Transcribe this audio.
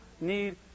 need